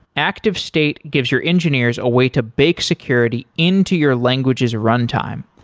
activestate gives your engineers a way to bake security into your languages' runtime.